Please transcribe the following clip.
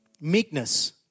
Meekness